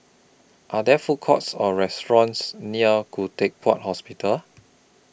Are There Food Courts Or restaurants near Khoo Teck Puat Hospital